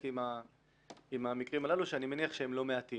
עם המקרים הללו שאני מניח שהם לא מעטים